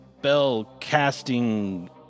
spell-casting